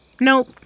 Nope